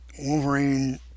Wolverine